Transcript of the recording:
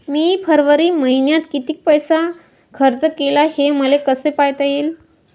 मी फरवरी मईन्यात कितीक पैसा खर्च केला, हे मले कसे पायता येईल?